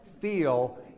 feel